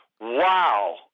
Wow